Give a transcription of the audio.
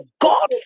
God